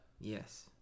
Yes